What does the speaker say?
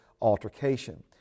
altercation